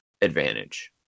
advantage